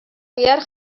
bihar